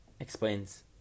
explains